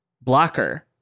blocker